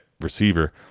receiver